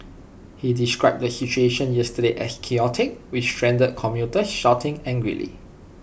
he described the situation yesterday as chaotic with stranded commuters shouting angrily